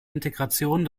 integration